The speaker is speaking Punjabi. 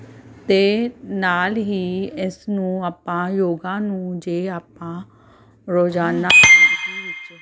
ਅਤੇ ਨਾਲ ਹੀ ਇਸ ਨੂੰ ਆਪਾਂ ਯੋਗਾ ਨੂੰ ਜੇ ਆਪਾਂ ਰੋਜ਼ਾਨਾ ਜ਼ਿੰਦਗੀ ਵਿੱਚ